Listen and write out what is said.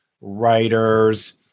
writers